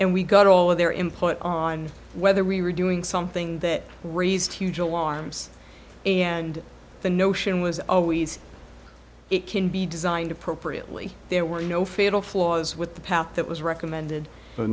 and we got all of their input on whether we were doing something that raised huge alarms and the notion was always it can be designed appropriately there were no fatal flaws with the path that was recommended